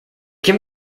can